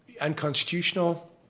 unconstitutional